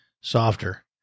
softer